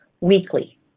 weekly